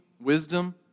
wisdom